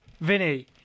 Vinny